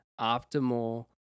optimal